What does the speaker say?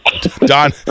Don